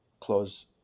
close